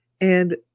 And-